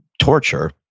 torture